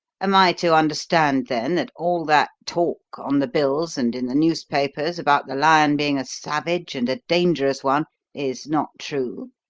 am i to understand, then, that all that talk, on the bills and in the newspapers, about the lion being a savage and a dangerous one is not true,